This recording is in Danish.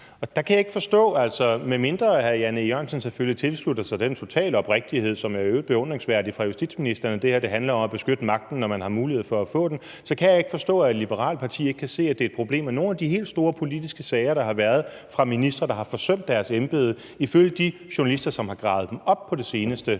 der kan jeg ikke forstå – medmindre hr. Jan E. Jørgensen selvfølgelig tilslutter sig den totale oprigtighed som jo i øvrigt er beundringsværdig fra justitsministeren, at det her handler om at beskytte magten, når man har mulighed for at få den – at et liberalt parti ikke kan se, at det er et problem, at i forhold til nogle af de helt store politiske sager, der har været om ministre, der har forsømt deres embede, siger de journalister, som har gravet dem op på det seneste: De